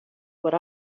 what